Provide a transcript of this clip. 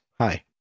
Hi